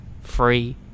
Free